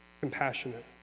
compassionate